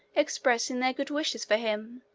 expressing their good wishes for him,